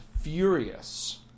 furious